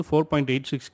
4.86